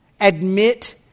admit